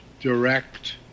direct